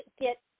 get